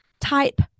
type